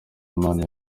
imana